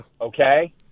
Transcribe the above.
Okay